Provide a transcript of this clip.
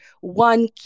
one